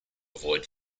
avoid